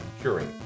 curing